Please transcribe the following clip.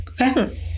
Okay